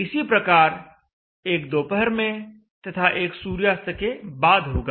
इसी प्रकार एक दोपहर में तथा एक सूर्यास्त के बाद होगा